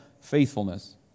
faithfulness